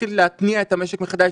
להתחיל להתניע את המשק מחדש,